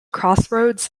crossroads